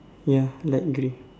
ya light grey